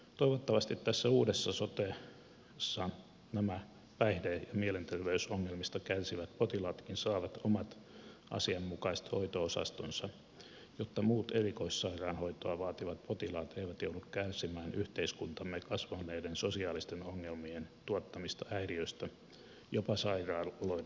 toivottavasti tässä uudessa sotessa nämä päihde ja mielenterveysongelmista kärsivät potilaatkin saavat omat asianmukaiset hoito osastonsa jotta muut erikoissairaanhoitoa vaativat potilaat eivät joudu kärsimään yhteiskuntamme kasvaneiden sosiaalisten ongelmien tuottamista häiriöistä jopa sairaaloiden osastoilla